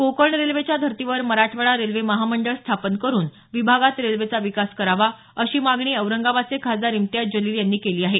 कोकण रेल्वेच्या धर्तीवर मराठवाडा रेल्वे महामंडळ स्थापन करून विभागात रेल्वेचा विकास करावा अशी मागणी औरंगाबादचे खासदार इम्तियाज जलील यांनी केली आहे